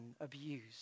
abused